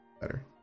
better